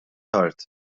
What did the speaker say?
tard